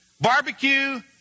barbecue